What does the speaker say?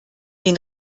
den